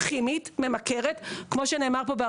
רק תרופה כימית,